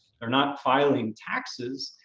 they're not filing taxes.